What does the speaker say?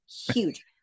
huge